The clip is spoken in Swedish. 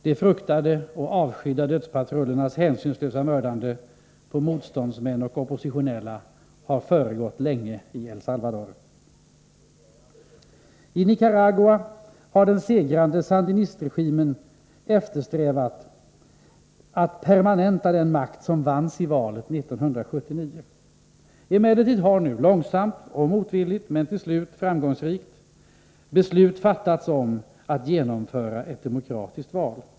De fruktade och avskydda dödspatrullernas hänsynslösa mördande av motståndsmän och oppositionella har försiggått länge i El Salvador. I Nicaragua har den segrande sandinistregimen eftersträvat att permanenta den makt som vanns 1979. Emellertid har man nu — långsamt och motvilligt, men till slut framgångsrikt — fattat beslut om att genomföra ett demokratiskt val.